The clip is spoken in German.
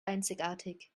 einzigartig